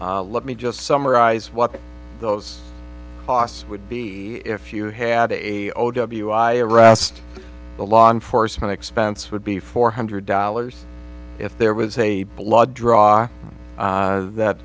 schedule let me just summarize what those costs would be if you had a o w i erast the law enforcement expense would be four hundred dollars if there was a blood draw that